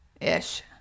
ish